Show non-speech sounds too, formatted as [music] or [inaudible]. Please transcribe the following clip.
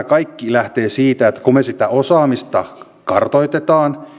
[unintelligible] kaikki lähtee ihan siitä että kun me sitä osaamista kartoitamme